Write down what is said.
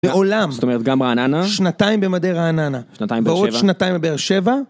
בעולם, זאת אומרת גם רעננה, שנתיים במדעי רעננה - שנתיים באר שבע - ועוד שנתיים בבאר שבע.